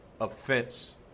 offense